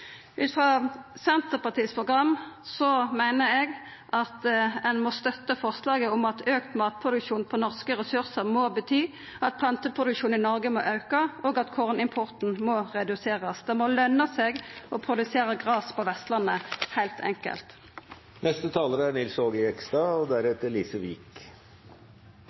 Ut frå Senterpartiets program meiner eg at ein må støtta forslaget om at auka matproduksjon på norske ressursar må bety at planteproduksjonen i Noreg må auka, og at kornimporten må reduserast. Det må løna seg å produsera gras på Vestlandet – heilt